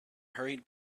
hurried